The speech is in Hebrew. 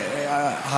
facilitator.